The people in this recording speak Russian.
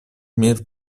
мир